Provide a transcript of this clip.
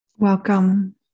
Welcome